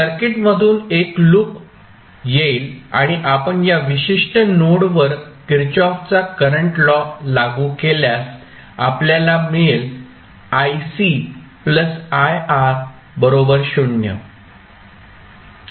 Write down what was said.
circuit मधून एक loop येईल आणि आपण या विशिष्ट नोड वर किर्चॉफचा करंट लॉ लागू केल्यास आपल्याला मिळेल